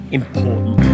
important